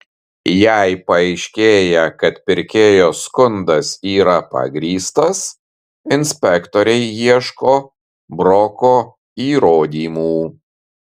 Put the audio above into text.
jei paaiškėja kad pirkėjo skundas yra pagrįstas inspektoriai ieško broko įrodymų